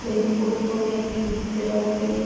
कोई बी फोटो जां कुछ बी दित्ते दा होऐ ते